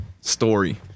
story